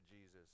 Jesus